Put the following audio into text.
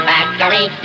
Factory